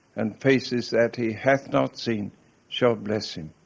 and faces that he hath not seen shall bless him.